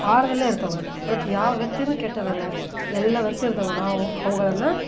ಆಳದಲ್ಲೆ ಇರ್ತವೆ ಪ್ರತಿ ಯಾವ ವ್ಯಕ್ತಿಯೂ ಕೆಟ್ಟವರಲ್ಲ ಎಲ್ಲ ವ್ಯಕ್ತಿ ಇರ್ತಾವೆ ನಾವು ಅವುಗಳನ್ನ